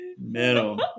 middle